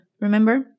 remember